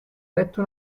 eretta